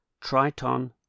Triton